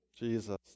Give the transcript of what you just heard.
Jesus